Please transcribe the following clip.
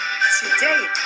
today